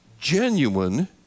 genuine